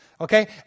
Okay